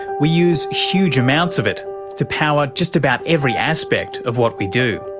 we use huge amounts of it to power just about every aspect of what we do.